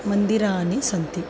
मन्दिराणि सन्ति